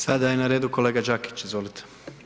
Sada je na redu kolega Đakić, izvolite.